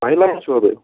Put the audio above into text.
I چھِوا تُہۍ